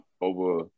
over